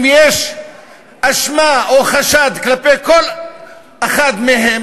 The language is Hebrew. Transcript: אם יש האשמה או חשד כלפי כל אחד מהם,